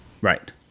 Right